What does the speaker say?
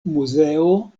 muzeo